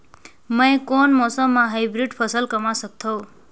मै कोन मौसम म हाईब्रिड फसल कमा सकथव?